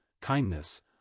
kindness